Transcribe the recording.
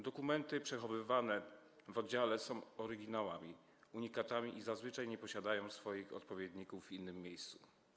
Dokumenty przechowywane w oddziale są oryginałami i unikatami i zazwyczaj nie posiadają swoich odpowiedników w innym miejscu.